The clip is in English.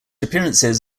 appearances